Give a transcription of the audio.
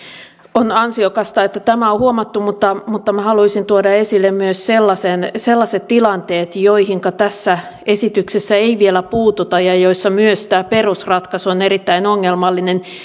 on ansiokasta että tämä on huomattu mutta mutta minä haluaisin tuoda esille myös sellaiset tilanteet joihinka tässä esityksessä ei vielä puututa ja ja joissa myös tämä perusratkaisu on erittäin ongelmallinen